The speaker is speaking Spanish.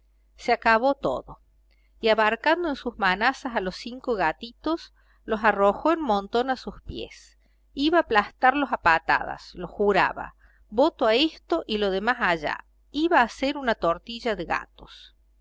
se acabó todo y abarcando en sus manazas a los cinco gatitos los arrojó en montón a sus pies iba a aplastarlos a patadas lo juraba voto a esto y lo de más allá iba a hacer una tortilla de gatos